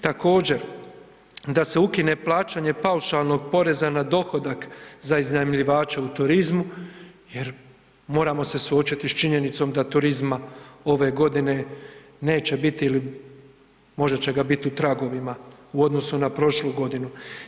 Također, da se ukine plaćanje paušalnog poreza na dohodak za iznajmljivače u turizmu jer moramo se suočiti s činjenicom da turizma ove godine neće biti ili možda će ga bit u tragovima u odnosu na prošlu godinu.